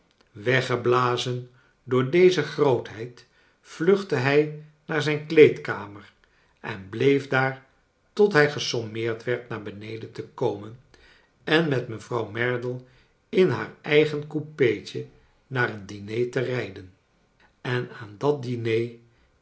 weggeblazen door deze grootheid vluchtte hij naar zijn kleedkamer en bleef daar tot hij gesommeerd werd naar beneden te komcn en met mevrouw merdle in haar eigen coupeetje naar een diner te rij den en aan dat diner